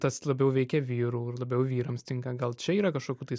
ir tas labiau veikia vyrų ir labiau vyrams tinka gal čia yra kažkokių tais